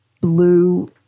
blue